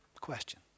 Question